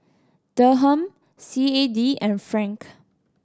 Dirham C A D and Franc